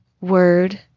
word